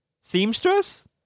Seamstress